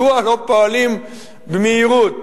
מדוע לא פועלים במהירות?